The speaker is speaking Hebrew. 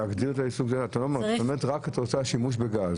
את רוצה רק שימוש בגז.